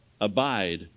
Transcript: Abide